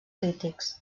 crítics